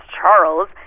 Charles